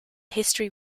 history